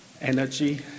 Energy